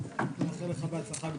רק לאחל לך הצלחה גדולה.